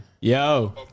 Yo